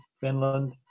Finland